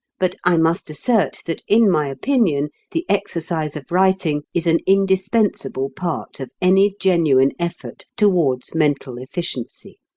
but i must assert that in my opinion the exercise of writing is an indispensable part of any genuine effort towards mental efficiency.